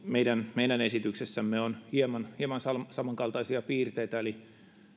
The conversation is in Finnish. meidän meidän esityksessämme on siis hieman samankaltaisia piirteitä eli